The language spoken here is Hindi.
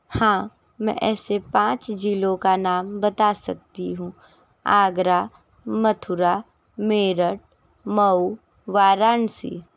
हाँ मैं ऐसे पाँच ज़िलों का नाम बता सकती हूँ आगरा मथुरा मेरठ मऊ वाराणसी